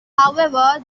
however